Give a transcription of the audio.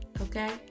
Okay